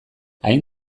hain